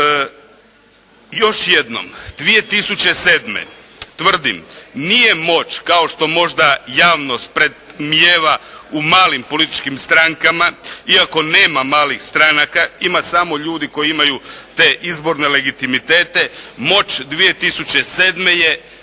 Još jednom. 2007. tvrdim nije moć kao što možda javnost predmnijeva u malim političkim strankama, iako nema malih stranaka, ima samo ljudi koji imaju te izborne legitimitete, moć 2007. je,